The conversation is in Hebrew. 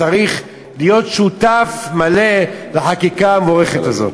וצריך להיות שותף מלא לחקיקה המבורכת הזאת.